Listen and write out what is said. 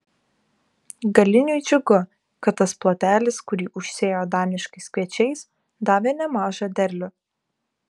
galiniui džiugu kad tas plotelis kurį užsėjo daniškais kviečiais davė nemažą derlių